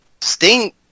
Sting